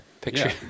Picture